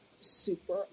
super